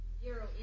zero